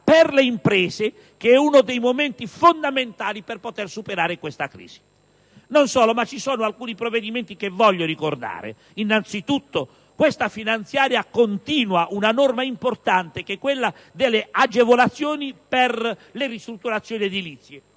per le imprese, uno dei momenti fondamentali per superare questa crisi. Ci sono poi alcuni provvedimenti che voglio ricordare. Innanzi tutto, questa finanziaria continua una norma importante, quella delle agevolazioni per le ristrutturazioni edilizie,